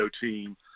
team